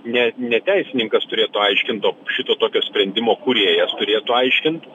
ne ne teisininkas turėtų aiškint o šito tokio sprendimo kūrėjas turėtų aiškint